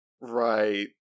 Right